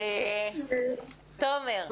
תומר,